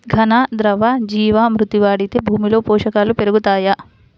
ఘన, ద్రవ జీవా మృతి వాడితే భూమిలో పోషకాలు పెరుగుతాయా?